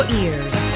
ears